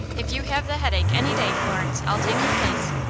if you have the headache any day, florence, i'll take your place.